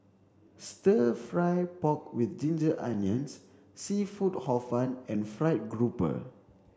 stir fry pork with ginger onions seafood hor fun and fried grouper